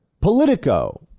Politico